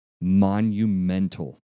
monumental